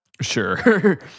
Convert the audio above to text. Sure